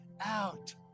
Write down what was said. out